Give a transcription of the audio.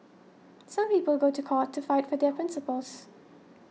some people go to court to fight for their principles